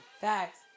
Facts